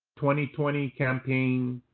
twenty twenty campaign